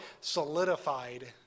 solidified